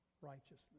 righteousness